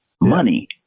money